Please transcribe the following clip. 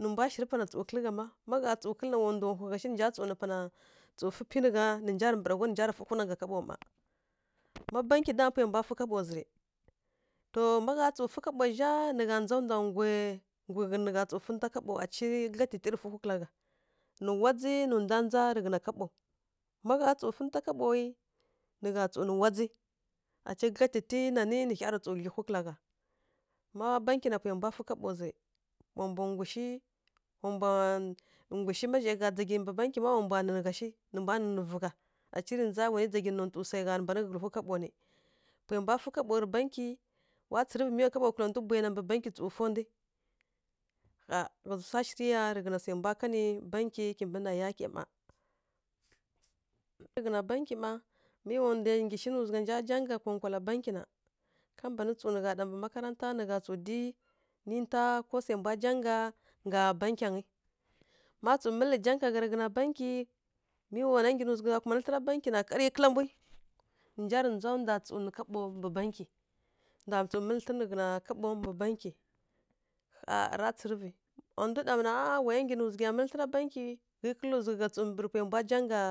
nǝ mbwa shirǝ pana tsǝw kǝlǝ gha mma, ma gha tsǝw fǝ na wa ndwa hu gha shi nǝ nja tsǝw nǝ pana tsǝw fǝ faila gha, nǝ nja rǝ mbǝra gha nǝ nja rǝ fǝhwi nanga kaɓo ma. Má bankyi dama pwai mbwa fǝ kaɓo zǝ rǝ. To má gha tsǝw fǝ kaɓo zhá nǝ gha ndza ndwa nggwi nggyi ghǝn fǝ kaɓɔ aci gǝdlyatiti rǝ fǝhwi kǝla gha. Nǝ wadzǝ nǝ ndwa ndza rǝghǝna kaɓo. Ma gha tsǝw kǝlǝntǝghǝ kaɓowi, nǝ gha tsǝw nǝ wadzǝ aci gǝdlyatiti nanǝ nǝ hya rǝ tsǝw dlyihwi kǝla gha. Má bankyi na, pwai mbwa fǝ kaɓo zǝ rǝ wa mbwa nggu shi, wa mbwa nngu shi má zhai gha dzaghyi mbǝ bankyi ma, wa mbwa nǝ ghashi nǝ mbwa nǝnǝ vǝ gha aci rǝ ndza wanǝ dzaghyi nǝ to swai mbwa rǝ fǝ kaɓo nǝ. Pwai mbwa fǝ kaɓo rǝ bankyi, wa tsǝrǝvǝ mi wa kaɓo kǝlaw ndwi bwayi na mbǝ bankyi tsǝw fǝw ndwi. A ghǝzǝ swa shirǝ ya swai mbwa kanǝ bankyi kimbǝ na yake mma. kimbǝ na bankyi mma, mi wa ndwa nggyi shi nǝ zugha nja konkwala bankyi na. Ka mban tsǝw nǝ gha ɗa mbǝ makaranta nǝ gha trsǝw dyi ninta cosai mbwa janga ngga bankyangǝ. Má tsǝw mǝlǝ janga gha rǝghǝn bankyi, mi wana nggyi nǝ zughǝ gha kumanǝ thlǝna bankyi na karǝ kǝla mbwi. Nǝ nja rǝ ndza ndwa tsǝw nǝ kaɓo mbǝ bankyi. Ndwa tsǝw mǝlǝ thlǝn rǝghǝan kaɓo mbǝ bankyi. Ƙha ra tsǝrǝvǝ, a ndwi ɗana a a wa zughǝ ya nggyi nǝ nja mǝlǝ thlǝna bankyi, ghǝi kǝlǝ zughǝ gha rǝ pwai mbwa janga.